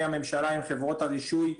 הממשלה עם חברות הרישוי הבין-לאומיות,